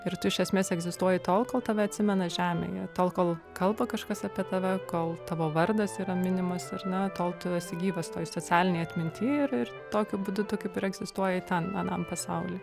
ir tu iš esmės egzistuoji tol kol tave atsimena žemėje tol kol kalba kažkas apie tave kol tavo vardas yra minimas ar ne tol tu esi gyvas toj socialinėj atminty ir ir tokiu būdu tu kaip ir egzistuoju ten anam pasauly